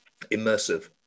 immersive